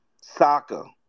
soccer